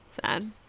sad